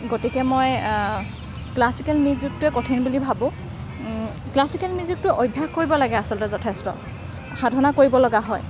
গতিকে মই ক্লাছিকেল মিউজিটোৱে কঠিন বুলি ভাবোঁ ক্লাছিকেল মিউজিকটো অভ্যাস কৰিব লাগে আচলতে যথেষ্ট সাধনা কৰিব লগা হয়